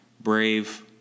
brave